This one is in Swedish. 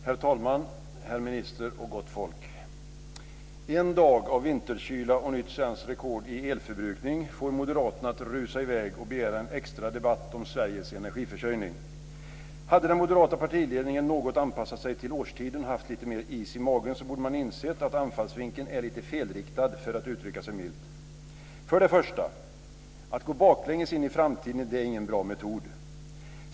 Herr talman! Herr minister och gott folk! En dag av vinterkyla och ett nytt svenskt rekord i elförbrukning får moderaterna att rusa i väg och begära en extra debatt om Sveriges energiförsörjning. Om den moderata partiledningen hade anpassat sig något till årstiden och haft lite mer is i magen borde man ha insett att anfallsvinkeln är lite felriktad, för att uttrycka sig milt. För det första är det ingen bra metod att gå baklänges in i framtiden.